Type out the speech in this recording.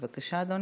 בבקשה, אדוני.